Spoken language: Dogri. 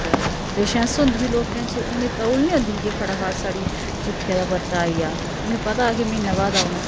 ते पेशैंस होंदी ही लोकें च उनें गी तौल नी होंदी ही कि फटाफट साढ़ी चिट्ठिया दा परता आई जा उ'नें गी पता हा कि म्हीना बाद औना